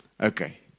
Okay